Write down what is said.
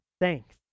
thanks